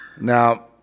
Now